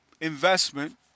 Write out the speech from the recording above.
investment